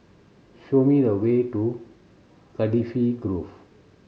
show me the way to Cardifi Grove